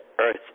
Earth